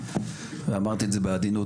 ואמרתי את זה בעדינות,